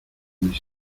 mis